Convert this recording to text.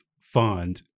fund